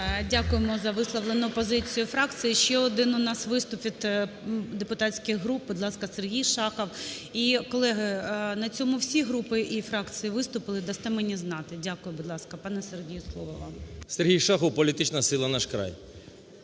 Дякуємо за висловлену позицію фракції. Ще один у нас виступ від депутатських груп. Будь ласка, Сергій Шахов. І, колеги, на цьому всі групи і фракції виступили, дасте мені знати. Дякую. Будь ласка, пане Сергій, слово вам. 11:25:06 ШАХОВ С.В. Сергій Шахов, політична сила "Наш край".